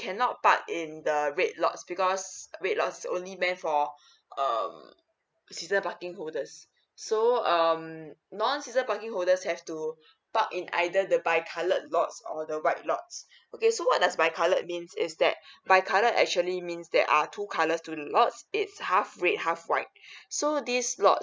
cannot park in the red lots because lots is only meant for um season parking holders so um non season parking holders have to park in either the bi coloured lots or the white lots okay so what does bi coloured means is that bi coloured actually means there are two colours to lots it's half red half white so this lots